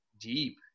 deep